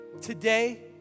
today